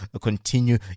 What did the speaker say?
continue